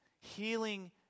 healing